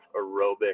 aerobic